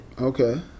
Okay